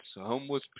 homeless